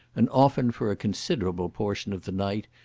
and often for a considerable portion of the night,